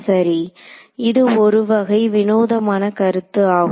சரி இது ஒரு வகை வினோதமான கருத்து ஆகும்